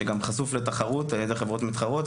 שגם חשוף לתחרות על ידי חברות מתחרות,